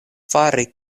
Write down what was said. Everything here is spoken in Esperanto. fari